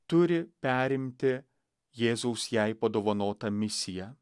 turi perimti jėzaus jai padovanotą misiją